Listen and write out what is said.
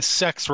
sex